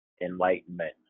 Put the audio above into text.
enlightenment